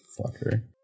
Fucker